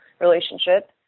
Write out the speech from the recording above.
relationship